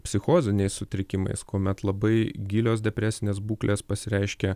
psichoziniais sutrikimais kuomet labai gilios depresinės būklės pasireiškia